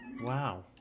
Wow